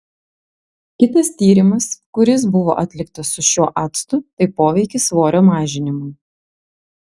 kitas tyrimas kuris buvo atliktas su šiuo actu tai poveikis svorio mažinimui